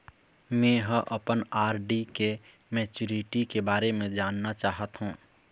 में ह अपन आर.डी के मैच्युरिटी के बारे में जानना चाहथों